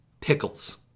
pickles